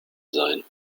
sein